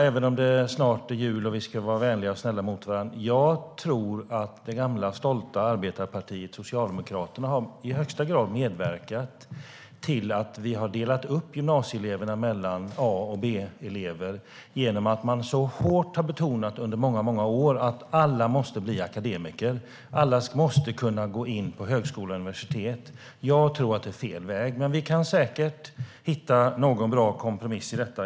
Även om det snart är jul och vi ska vara vänliga och snälla mot varandra skulle jag vilja säga att jag tror att det gamla, stolta arbetarpartiet Socialdemokraterna i högsta grad har medverkat till att dela upp gymnasieeleverna i A och B-elever genom att under många år hårt betona att alla måste bli akademiker och att alla måste kunna komma in på högskola eller universitet. Jag tror att det är fel väg, men vi kan säkert hitta någon bra kompromiss om detta.